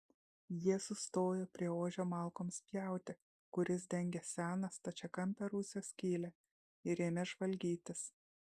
jie sustojo prie ožio malkoms pjauti kuris dengė seną stačiakampę rūsio skylę ir ėmė žvalgytis